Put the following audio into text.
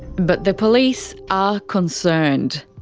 but the police are concerned,